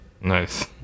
Nice